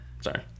sorry